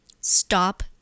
Stop